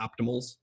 optimals